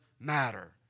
matter